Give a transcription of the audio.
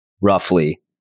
roughly